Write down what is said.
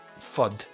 fud